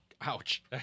ouch